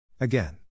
Again